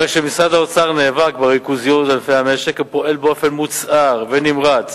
הרי שמשרד האוצר נאבק בריכוזיות ענפי המשק ופועל באופן מוצהר ונמרץ